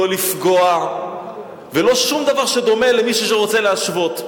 לא לפגוע ולא שום דבר שדומה למישהו שרוצה להשוות.